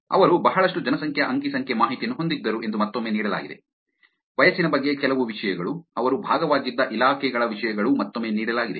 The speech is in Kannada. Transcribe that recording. ಅವರು ಬಹಳಷ್ಟು ಜನಸಂಖ್ಯಾ ಅಂಕಿ ಸಂಖ್ಯೆ ಮಾಹಿತಿಯನ್ನು ಹೊಂದಿದ್ದರು ಎಂದು ಮತ್ತೊಮ್ಮೆ ನೀಡಲಾಗಿದೆ ವಯಸ್ಸಿನ ಬಗ್ಗೆ ಕೆಲವು ವಿಷಯಗಳು ಅವರು ಭಾಗವಾಗಿದ್ದ ಇಲಾಖೆಗಳ ವಿಷಯಗಳು ಮತ್ತೊಮ್ಮೆ ನೀಡಲಾಗಿದೆ